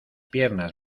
piernas